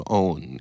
own